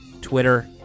Twitter